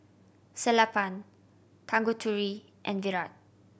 Sellapan Tanguturi and Virat